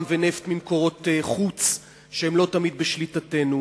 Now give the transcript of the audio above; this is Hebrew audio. ונפט ממקורות חוץ שהם לא תמיד בשליטתנו,